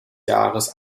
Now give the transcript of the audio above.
jahres